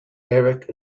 erich